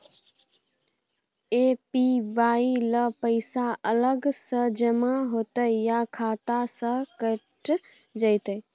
APY ल पैसा अलग स जमा होतै या खाता स कैट जेतै?